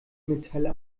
metalle